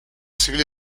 civil